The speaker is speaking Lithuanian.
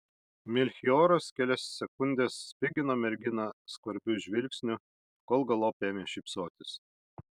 melchioras kelias sekundes spigino merginą skvarbiu žvilgsniu kol galop ėmė šypsotis